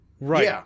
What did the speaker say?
Right